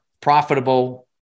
profitable